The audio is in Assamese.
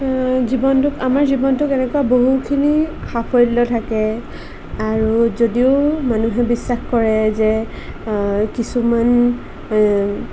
জীৱনটোত আমাৰ জীৱনটোত এনেকুৱা বহুতখিনি সাফল্য থাকে আৰু যদিও মানুহে বিশ্বাস কৰে যে কিছুমান